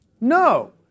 No